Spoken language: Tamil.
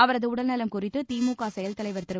அவரது உடல்நலம் குறித்து திமுக செயல் தலைவர் திரு